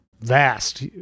vast